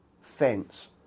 fence